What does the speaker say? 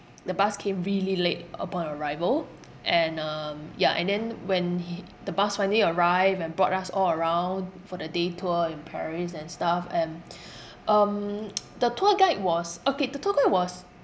the bus came really late upon arrival and um ya and then when he the bus finally arrived and brought us all around for the day tour in paris and stuff and um the tour guide was okay the tour guide was